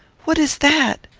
what is that?